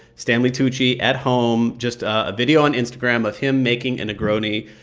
stanley tucci at home just a video on instagram of him making a negroni.